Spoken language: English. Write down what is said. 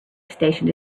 station